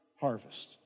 harvest